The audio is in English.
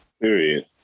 Period